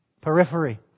periphery